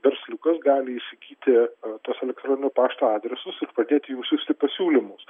versliukas gali įsigyti e tuos elektroninio pašto adresus ir pradėti jums siųsti pasiūlymus